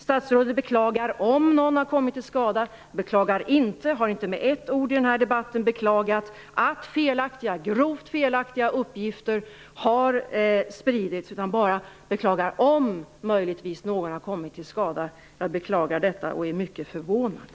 Statsrådet beklagar om någon har kommit till skada. Statsrådet beklagar inte, och har inte med ett ord i den här debatten beklagat, att grovt felaktiga uppgifter har spritts, utan beklagar bara om möjligtvis någon har kommit till skada. Jag beklagar detta och är mycket förvånad.